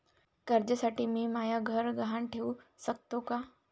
कर्जसाठी मी म्हाय घर गहान ठेवू सकतो का